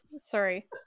Sorry